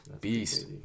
beast